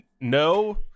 No